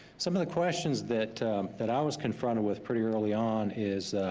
some of the questions that that i was confronted with pretty early on is,